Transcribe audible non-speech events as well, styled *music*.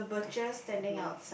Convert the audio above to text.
*breath* mmhmm